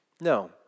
No